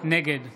נגד